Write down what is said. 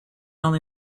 only